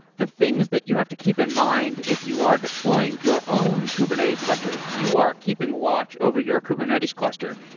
the things that you have to keep in mind if you are deploying your own kubernetes cluster, if you are keeping watch over your kubernetes cluster,